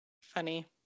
Funny